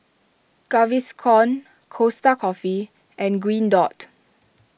Gaviscon Costa Coffee and Green Dot